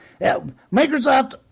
Microsoft